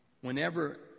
whenever